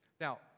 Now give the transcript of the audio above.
Now